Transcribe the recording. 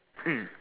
mm